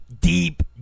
deep